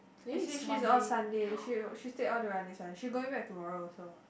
as in she's on Sunday she she take all the Sunday she going back tomorrow also